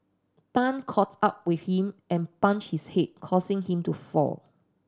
Tan caughts up with him and punched his head causing him to fall